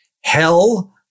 Hell